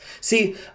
See